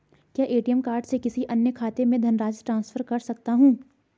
क्या ATM card से किसी अन्य खाते में धनराशि ट्रांसफर कर सकता हूँ?